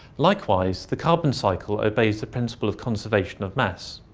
likewise, the carbon cycle obeys the principle of conservation of mass,